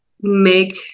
make